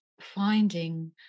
finding